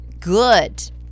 Good